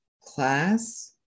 class